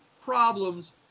problems